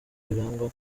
birangwa